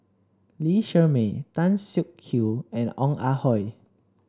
Lee Shermay Tan Siak Kew and Ong Ah Hoi